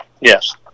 Yes